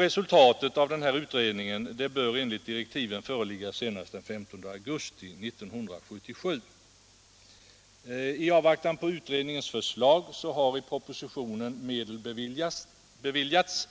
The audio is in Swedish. Resultaten av utredningen bör enligt direktiven föreligga senast den 15 augusti 1977. I avvaktan på utredningens förslag föreslås i propositionen att medel beviljas